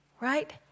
right